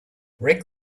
rake